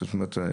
זאת אומרת,